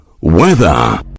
Weather